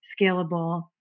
scalable